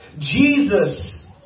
Jesus